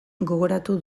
gogoratu